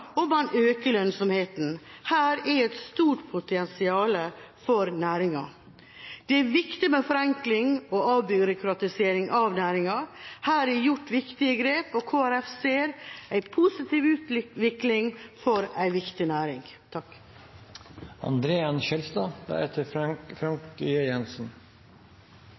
og man øker lønnsomheten. Her er det et stort potensial for næringen. Det er viktig med forenkling og avbyråkratisering av næringen. Det er gjort viktige grep, og Kristelig Folkeparti ser en positiv utvikling for en viktig næring.